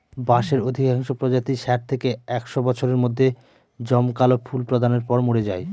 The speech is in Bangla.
বাঁশের অধিকাংশ প্রজাতিই ষাট থেকে একশ বছরের মধ্যে জমকালো ফুল প্রদানের পর মরে যায়